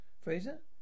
Fraser